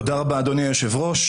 תודה רבה, אדוני היושב-ראש.